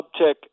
uptick